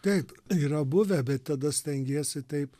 taip yra buvę bet tada stengiesi taip